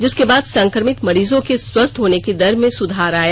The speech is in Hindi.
जिसके बाद संक्रमित मरीजों के स्वस्थ होने की दर में सुधार आया